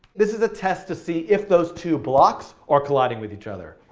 this is a test to see if those two blocks are colliding with each other.